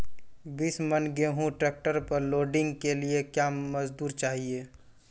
बीस मन गेहूँ ट्रैक्टर पर लोडिंग के लिए क्या मजदूर चाहिए?